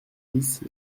dix